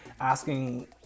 asking